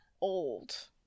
old